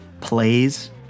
plays